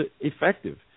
effective